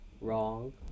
wrong